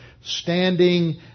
standing